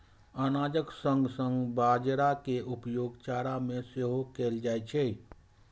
अनाजक संग संग बाजारा के उपयोग चारा मे सेहो कैल जाइ छै